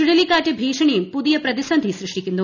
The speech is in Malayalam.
ചുഴലിക്കാറ്റ് ഭീഷണിയും പുതിയ പ്രതിസന്ധി സൃഷ്ടിക്കുന്നു